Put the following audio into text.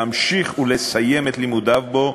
להמשיך ולסיים את לימודיו בו,